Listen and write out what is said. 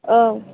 औ